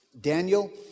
Daniel